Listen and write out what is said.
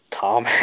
Tom